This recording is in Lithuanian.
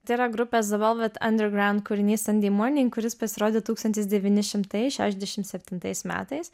tai yra grupės the velvet underground kūrinys sunday morning kuris pasirodė tūkstantis devyni šimtai šešiasdešimt septintais metais